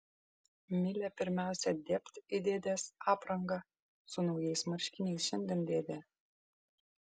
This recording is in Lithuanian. milė pirmiausia dėbt į dėdės aprangą su naujais marškiniais šiandien dėdė